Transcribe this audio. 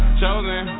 chosen